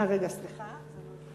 אדוני השר,